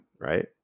right